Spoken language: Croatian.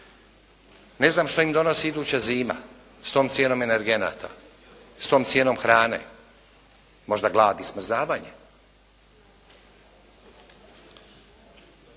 Ne znam što im donosi iduća zima s tom cijenom energenata, s tom cijenom hrane. Možda glad i smrzavanje.